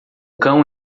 cão